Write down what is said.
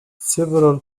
several